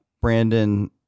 Brandon